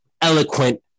eloquent